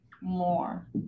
more